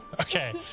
Okay